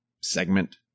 segment